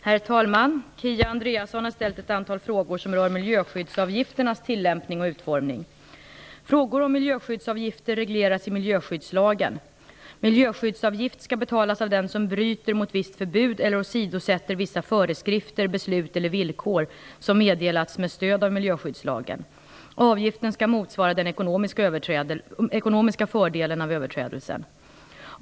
Herr talman! Kia Andreasson har ställt ett antal frågor som rör miljöskyddsavgifternas tillämpning och utformning. Frågor om miljöskyddsavgifter regleras i miljöskyddslagen . Miljöskyddsavgift skall betalas av den som bryter mot visst förbud eller åsidosätter vissa föreskrifter, beslut eller villkor som meddelats med stöd av miljöskyddslagen. Avgiften skall motsvara den ekonomiska fördelen av överträdelsen.